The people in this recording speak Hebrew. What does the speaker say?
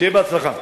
שיהיה בהצלחה.